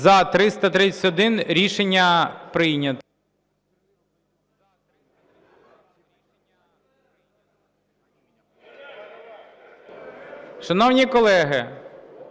За-331 Рішення прийнято. Шановні колеги,